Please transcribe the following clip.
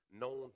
known